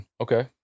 Okay